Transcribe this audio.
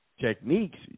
techniques